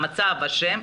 המצב אשם,